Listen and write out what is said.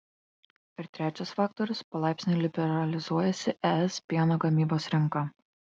ir trečias faktorius palaipsniui liberalizuojasi es pieno gamybos rinka